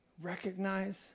recognize